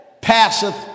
passeth